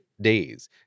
days